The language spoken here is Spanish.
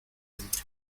dentro